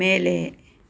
மேலே